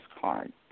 card